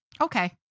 Okay